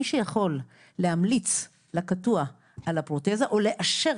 מי שיכול להמליץ לקטוע על הפרוטזה או לאשר